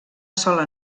sola